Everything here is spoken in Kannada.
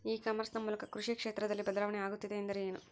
ಇ ಕಾಮರ್ಸ್ ನ ಮೂಲಕ ಕೃಷಿ ಕ್ಷೇತ್ರದಲ್ಲಿ ಬದಲಾವಣೆ ಆಗುತ್ತಿದೆ ಎಂದರೆ ಏನು?